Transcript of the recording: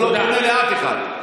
הוא לא פונה לאף אחד.